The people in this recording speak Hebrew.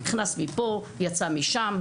נכנס מפה, יצא משם.